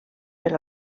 per